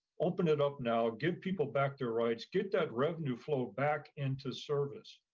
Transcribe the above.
open it up now, give people back their rights, get that revenue flow back into service.